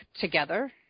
together